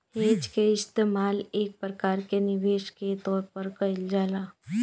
hedge के इस्तेमाल एक प्रकार के निवेश के तौर पर कईल जाला